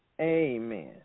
Amen